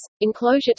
Enclosure